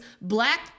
black